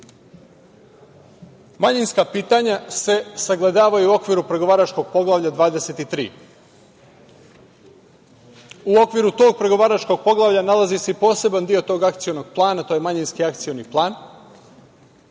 mehanizam. Manjinska pitanja se sagledavaju u okviru pregovaračkog Poglavlja 23. U okviru tog pregovaračkog poglavlja nalazi se i poseban deo tog Akcionog plana, to je Manjinski akcioni plan,